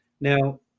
Now